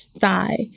thigh